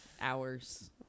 Hours